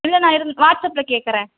இல்லை நான் இருந்து வாட்ஸ்ஆப்பில் கேட்குறேன்